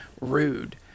rude